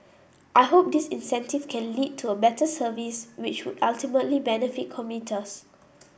I hope this incentive can lead to a better service which would ultimately benefit commuters